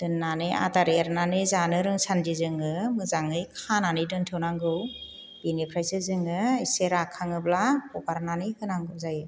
दोननानै आदार एरनानै जानो रोंसान्दि जोङो मोजाङै खानानै दोन्थ'नांगौ बेनिफ्रायसो जोङो इसे राखाङोब्ला हगारनानै होनांगौ जायो